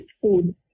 food